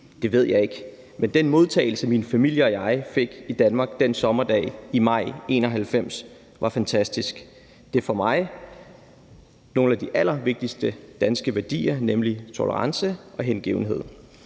Det ved jeg ikke, men den modtagelse, min familie og jeg fik i Danmark den sommerdag i maj 1991 var fantastisk, og det er for mig nogle af de allervigtigste danske værdier, nemlig tolerance og hengivenhed.